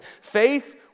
Faith